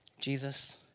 Jesus